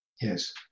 Yes